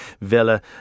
Villa